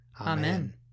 Amen